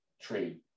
trade